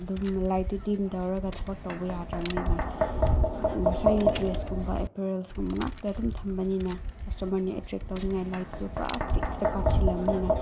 ꯑꯗꯨꯝ ꯂꯥꯏꯠꯇꯨ ꯗꯤꯝ ꯇꯧꯔꯒ ꯊꯕꯛ ꯇꯧꯕ ꯌꯥꯗ꯭ꯔꯕꯅꯤꯅ ꯉꯁꯥꯏꯒꯤ ꯗ꯭ꯔꯦꯁꯀꯨꯝꯕ ꯑꯦꯞꯄꯔꯦꯜꯁꯀꯨꯝꯕ ꯉꯥꯛꯇꯥ ꯑꯗꯨꯃ ꯊꯝꯕꯅꯤꯅ ꯀꯁꯇꯃꯔꯅ ꯑꯦꯇ꯭ꯔꯦꯛ ꯇꯥꯎꯅꯤꯡꯉꯥꯏ ꯂꯥꯏꯠꯇꯨ ꯄꯨꯔꯥ ꯐꯤꯛꯁꯇ ꯀꯥꯞꯁꯤꯜꯂꯕꯅꯤꯅ